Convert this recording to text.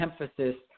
emphasis